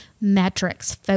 metrics